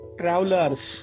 travelers